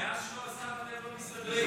מאז שהוא עזב, אתם לא מסתדרים.